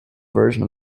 version